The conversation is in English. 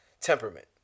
temperament